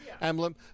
emblem